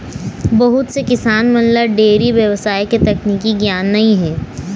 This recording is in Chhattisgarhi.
बहुत से किसान मन ल डेयरी बेवसाय के तकनीकी गियान नइ हे